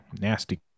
nasty